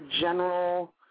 general